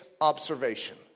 observation